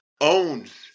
owns